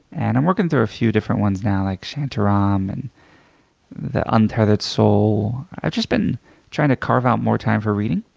and i'm working through a few different ones now like chanteron um and the untethered soul. i've just been trying to carve out more time for reading.